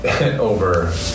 over